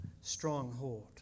stronghold